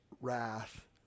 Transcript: wrath